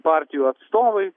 partijų atstovai